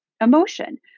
emotion